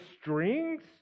strings